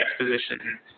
exposition